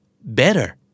Better